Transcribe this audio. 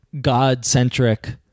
God-centric